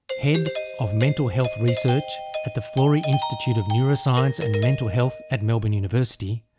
head of mental health research at the florey institute of neuroscience and mental health at melbourne university,